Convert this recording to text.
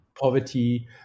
poverty